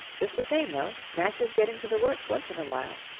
just the same, though, matches get into the works once in a while,